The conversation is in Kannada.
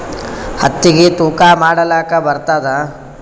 ಹತ್ತಿಗಿ ತೂಕಾ ಮಾಡಲಾಕ ಬರತ್ತಾದಾ?